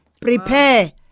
prepare